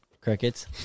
Crickets